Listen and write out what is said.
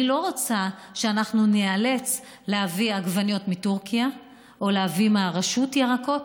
אני לא רוצה שניאלץ להביא עגבניות מטורקיה או להביא מהרשות ירקות.